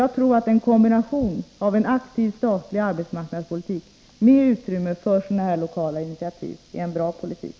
Jag tror att en kombination av en aktiv statlig arbetsmarknadspolitik, med utrymme för sådana här lokala initiativ, är en bra politik.